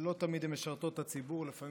לא תמיד הן משרתות את הציבור אלא לפעמים